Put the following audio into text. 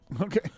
Okay